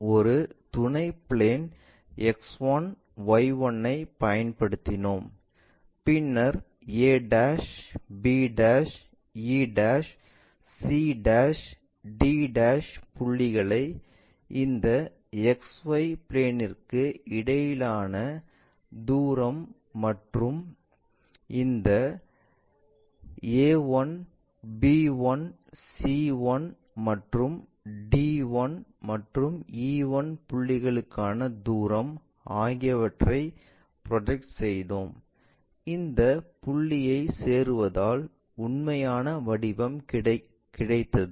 நாம் ஒரு துணை பிளேன் X1Y1 ஐப் பயன்படுத்தினோம் பின்னர் இந்த a b e c d புள்ளிகளைக் இந்த XY பிளேன்ற்கு இடையிலான தூரம் மற்றும் இந்த a1 b1 c1 மற்றும் d1 மற்றும் e1 புள்ளிகளுக்கான தூரம் ஆகியவற்றை ப்ரொஜெக்ட் செய்தோம் இந்த புள்ளிகளை சேருவதால் உண்மையான வடிவம் கிடைத்தது